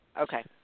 okay